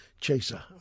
Chaser